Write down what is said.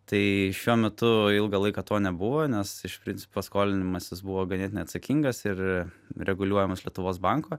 tai šiuo metu ilgą laiką to nebuvo nes iš principo skolinimasis buvo ganėtinai atsakingas ir reguliuojamas lietuvos banko